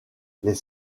les